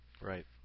Right